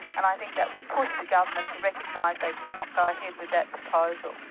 and i think that will push the government to recognise they cannot go ahead with that proposal.